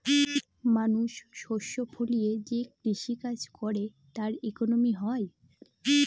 মানুষ শস্য ফলিয়ে যে কৃষি কাজ করে তার ইকোনমি হয়